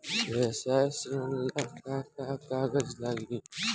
व्यवसाय ऋण ला का का कागज लागी?